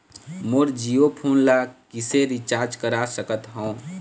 मोर Jio phone ला किसे recharge करा सकत हवं?